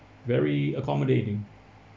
very accommodating